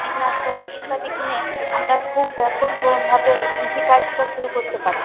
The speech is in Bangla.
কীটনাশক ইত্যাদি কিনে আমরা খুব ব্যাপক ভাবে কৃষিকাজটা শুরু করতে পারি